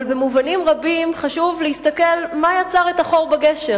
אבל במובנים רבים חשוב להסתכל מה יצר את החור בגשר.